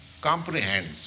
comprehends